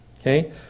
okay